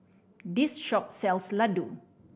this shop sells Ladoo